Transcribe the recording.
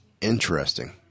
interesting